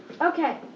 Okay